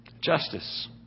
Justice